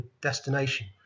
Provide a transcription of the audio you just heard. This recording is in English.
destination